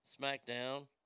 SmackDown